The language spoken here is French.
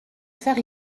faire